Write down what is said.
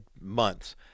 months